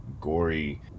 gory